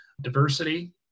Diversity